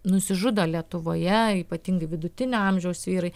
nusižudo lietuvoje ypatingai vidutinio amžiaus vyrai